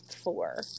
four